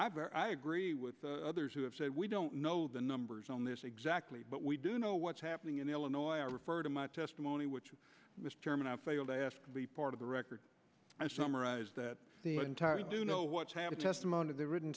know i agree with the others who have said we don't know the numbers on this exactly but we do know what's happening in illinois i refer to my testimony which mr chairman i failed to ask to be part of the record and summarize that entire we do know what's happening testimony the written